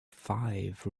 five